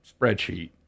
spreadsheet